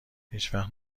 هیچوقت